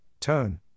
tone